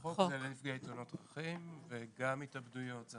חוק זה לתאונות דרכים וגם התאבדויות.